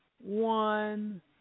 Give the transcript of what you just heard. one